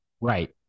Right